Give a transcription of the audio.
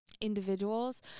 individuals